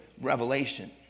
Revelation